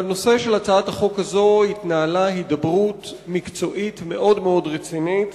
בהצעת החוק הזאת התנהלה הידברות מקצועית מאוד-מאוד רצינית